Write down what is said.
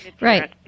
Right